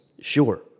sure